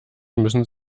müssen